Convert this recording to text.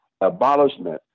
abolishment